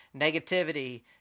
negativity